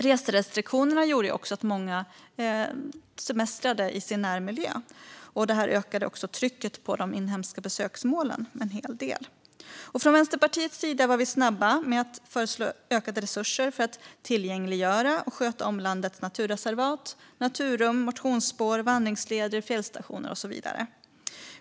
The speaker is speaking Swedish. Reserestriktionerna gjorde också att många semestrade i sin närmiljö, vilket ledde till att trycket på inhemska besöksmål ökade en hel del. Vi i Vänsterpartiet var snabba med att föreslå ökade resurser för att tillgängliggöra och sköta om landets naturreservat, naturrum, motionsspår, vandringsleder, fjällstationer och så vidare.